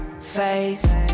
face